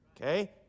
okay